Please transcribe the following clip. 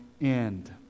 end